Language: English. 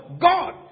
God